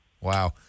Wow